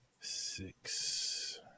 six